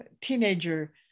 teenager